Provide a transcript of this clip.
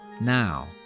now